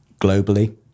globally